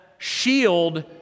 Shield